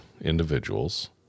individuals